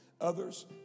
Others